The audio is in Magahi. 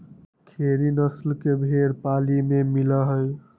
खेरी नस्ल के भेंड़ पाली में मिला हई